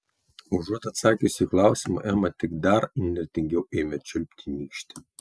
užuot atsakiusi į klausimą ema tik dar įnirtingiau ėmė čiulpti nykštį